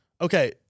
Okay